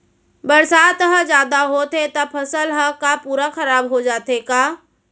बरसात ह जादा होथे त फसल ह का पूरा खराब हो जाथे का?